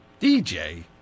DJ